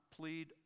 plead